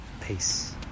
peace